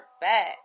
back